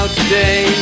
today